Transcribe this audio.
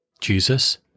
Jesus